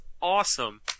awesome